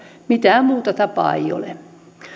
mitään muuta tapaa ei ole